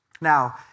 Now